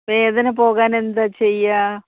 വേദന പോകാൻ എന്താണ് ചെയ്യുക